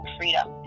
freedom